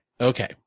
Okay